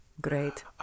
Great